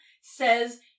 says